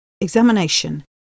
examination